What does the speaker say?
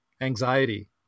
anxiety